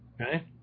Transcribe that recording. Okay